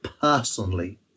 personally